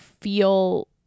feel